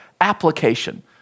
application